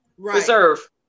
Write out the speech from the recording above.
Reserve